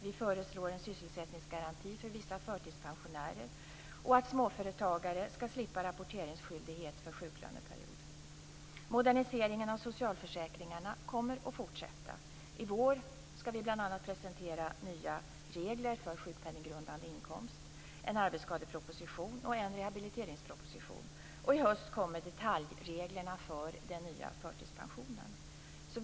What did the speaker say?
Vi föreslår en sysselsättningsgaranti för vissa förtidspensionärer och att småföretagare skall slippa rapporteringsskyldighet för sjuklöneperiod. Moderniseringen av socialförsäkringarna kommer att fortsätta. I vår skall vi bl.a. presentera nya regler för sjukpenninggrundande inkomst, en arbetsskadeproposition och en rehabiliteringsproposition, och i höst kommer detaljreglerna för den nya förtidspensionen.